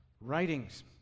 writings